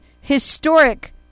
historic